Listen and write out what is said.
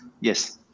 Yes